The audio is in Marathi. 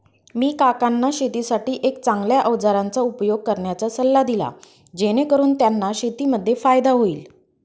मी काकांना शेतीसाठी एक चांगल्या अवजारांचा उपयोग करण्याचा सल्ला दिला, जेणेकरून त्यांना शेतीमध्ये फायदा होईल